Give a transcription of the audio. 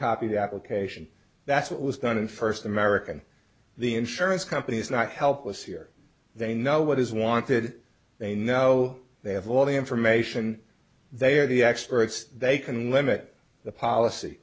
to the application that's what was done first american the insurance companies not helpless here they know what is wanted they know they have all the information they are the experts they can limit the policy